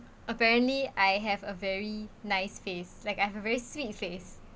apparently I have a very nice face like I have a very sweet face